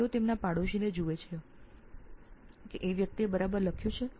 તેઓ આજુબાજુના લોકોને ને જુએ છે કે તે વ્યક્તિએ બરાબર લખ્યું છે